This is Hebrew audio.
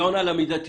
היא עונה למידתיות.